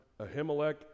Ahimelech